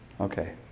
okay